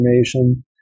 information